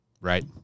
Right